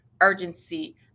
urgency